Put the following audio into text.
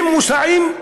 שמוסעים,